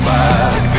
back